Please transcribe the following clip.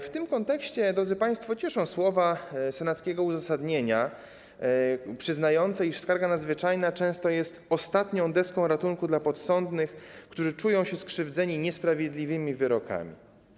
W tym kontekście, drodzy państwo, cieszą słowa senackiego uzasadnienia przyznające, iż skarga nadzwyczajna często jest ostatnią deską ratunku dla podsądnych, którzy czują się skrzywdzeni niesprawiedliwymi wyrokami.